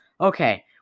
Okay